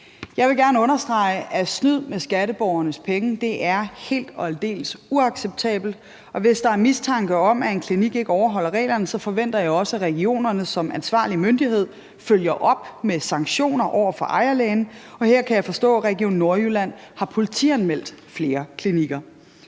Jeg vil gerne understrege, at snyd med skatteborgernes penge er helt og aldeles uacceptabelt, og hvis der er mistanke om, at en klinik ikke overholder reglerne, forventer jeg også, at regionerne som ansvarlig myndighed følger op med sanktioner over for ejerlægen, og her kan jeg forstå, at Region Nordjylland har politianmeldt flere klinikker.